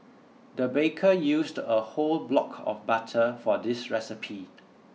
the baker used a whole block of butter for this recipe